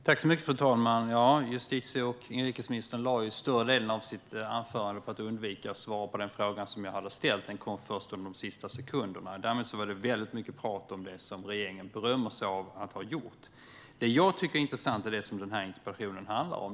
Fru talman! Justitie och inrikesministern ägnade större delen av sitt inlägg åt att undvika att svara på den fråga som jag hade ställt. Det kom upp först under de sista sekunderna. Däremot var det mycket prat om det som regeringen berömmer sig av att ha gjort. Det jag tycker är intressant är det som interpellationen handlar om.